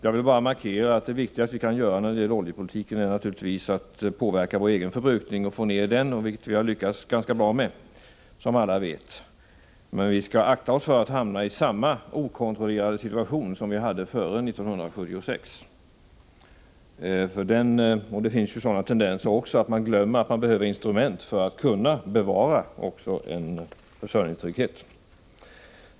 Jag vill markera att det viktigaste vi kan göra när det gäller oljepolitiken naturligtvis är att minska vår egen förbrukning, vilket vi som alla vet har lyckats ganska bra med. Men vi skall akta oss för att hamna i samma okontrollerade situation som vi hade före 1976. Det finns ju tendenser till att man glömmer att man behöver instrument för att kunna bevara också en försörjningstrygghet.